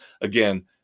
Again